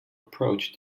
approach